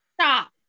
Stop